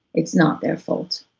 it's not their fault.